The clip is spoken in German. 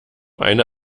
eine